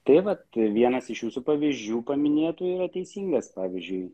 tai vat vienas iš visų pavyzdžių paminėtų yra teisingas pavyzdžiui